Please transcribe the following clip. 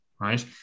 right